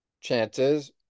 chances